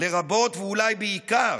לרבות, ואולי בעיקר,